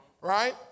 Right